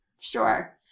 Sure